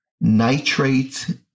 nitrate